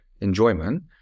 enjoyment